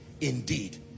indeed